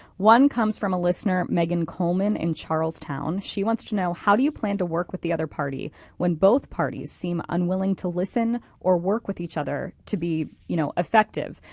one comes from a listener, megan coleman in charlestown. she wants to know, how do you plan to work with the other party when both parties seem unwilling to listen or work with each other to be you know effective.